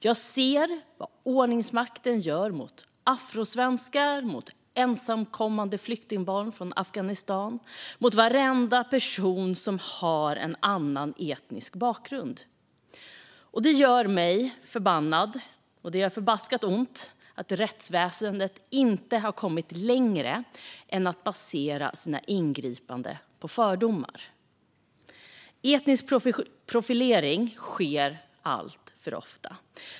Jag ser vad ordningsmakten gör mot afrosvenskar, mot ensamkommande flyktingbarn från Afghanistan och mot varenda person som har en annan etnisk bakgrund. Det gör mig förbannad. Det gör förbaskat ont att rättsväsendet inte har kommit längre än att basera sina ingripanden på fördomar. Etnisk profilering sker alltför ofta.